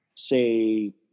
say